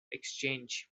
exchange